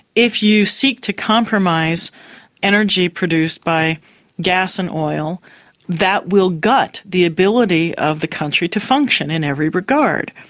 if you seek to compromise energy produced by gas and oil that will gut the ability of the country to function in every regard.